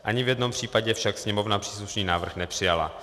Ani v jednom případě však Sněmovna příslušný návrh nepřijala.